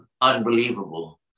Unbelievable